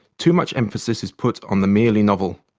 too much emphasis is put on the merely novel,